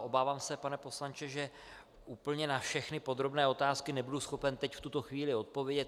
Obávám se, pane poslanče, že úplně na všechny podrobné otázky nebudu schopen teď, v tuto chvíli, odpovědět.